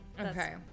okay